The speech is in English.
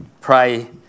pray